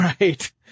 right